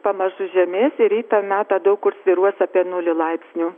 pamažu žemės ir ryto metą daug kur svyruos apie nulį laipsnių